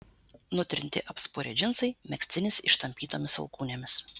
nutrinti apspurę džinsai megztinis ištampytomis alkūnėmis